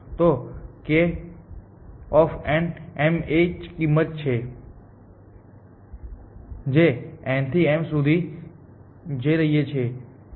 તો k n m એ એજ ની કિંમત છે જે n થી m સુધી જઈ રહી છે